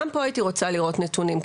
גם פה הייתי רוצה לראות נתונים.